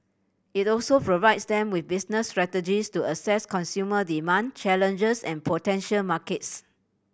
it also provides them with business strategies to assess consumer demand challenges and potential markets